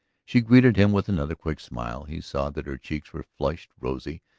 she greeted him with another quick smile. he saw that her cheeks were flushed rosily,